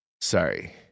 Sorry